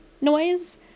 noise